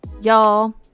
y'all